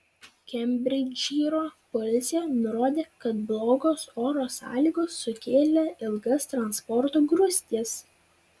kembridžšyro policija nurodė kad blogos oro sąlygos sukėlė ilgas transporto grūstis